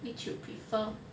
which you prefer